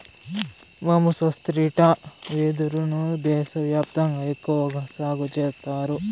బంబూసా స్త్రిటా వెదురు ను దేశ వ్యాప్తంగా ఎక్కువగా సాగు చేత్తారు